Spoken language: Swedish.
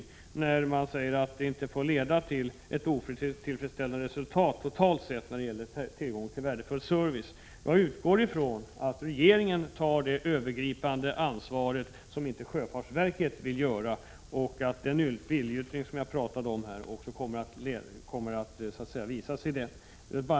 Kommunikationsministern säger att det inte får bli fråga om ”ett otillfredsställande resultat totalt sett när det gäller tillgång till värdefull service etc.” Jag utgår från att regeringen tar på sig det övergripande ansvaret — något som sjöfartsverket inte vill göra — och att den viljeyttring jag nämnde kommer att få detta uttryck.